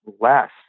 less